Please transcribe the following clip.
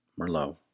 Merlot